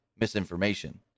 misinformation